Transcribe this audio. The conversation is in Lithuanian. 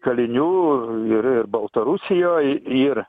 kalinių ir ir baltarusijoj ir